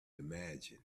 imagine